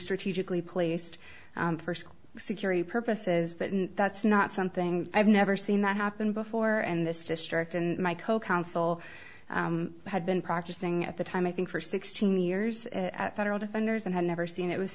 strategically placed for school security purposes but that's not something i've never seen that happen before and this district and my co counsel had been practicing at the time i think for sixteen years at federal defenders and had never seen it was